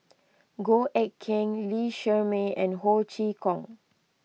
Goh Eck Kheng Lee Shermay and Ho Chee Kong